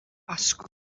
asgwrn